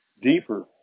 Deeper